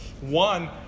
one